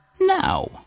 Now